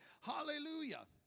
Hallelujah